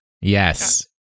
Yes